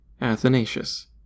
Athanasius